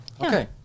okay